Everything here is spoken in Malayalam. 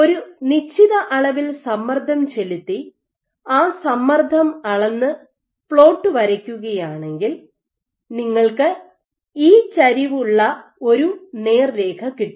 ഒരു നിശ്ചിത അളവിൽ സമ്മർദ്ദം ചെലുത്തി ആ സമ്മർദ്ദം അളന്ന് പ്ലോട്ട് വരയ്ക്കുകയാണെങ്കിൽ നിങ്ങൾക്ക് ഇ ചരിവ് ഉള്ള ഒരു നേർരേഖ കിട്ടും